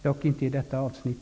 Dock inte detta avsnitt.